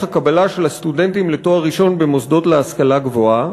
הקבלה של הסטודנטים לתואר ראשון במוסדות להשכלה גבוהה.